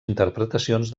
interpretacions